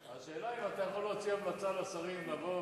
השאלה היא אם אתה יכול להוציא המלצה לשרים לבוא,